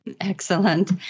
Excellent